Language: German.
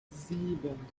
sieben